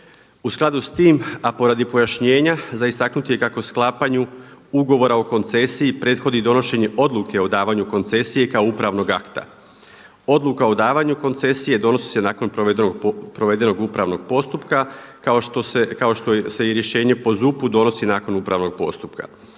U skladu s tim, a poradi pojašnjenja za istaknuti je kako sklapanju ugovora o koncesiji prethodi donošenje odluke o davanju koncesije kao upravnog akta. Odluka o davanju koncesije donosi se nakon provedenog upravnog postupka kao što se i rješenje po ZUP-u donosi nakon upravnog postupka.